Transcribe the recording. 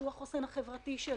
שהוא החוסן החברתי שלנו.